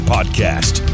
Podcast